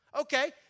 Okay